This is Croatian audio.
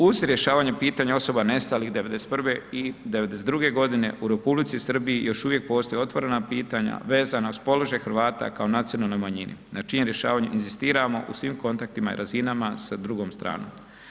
Uz rješavanje pitanja osoba nestalih '91. i '92.g. u Republici Srbiji još uvijek postoje otvorena pitanja vezana uz položaj Hrvata kao nacionalnoj manjini na čijem rješavanju inzistiramo u svim kontaktima i razinama sa drugom stranom.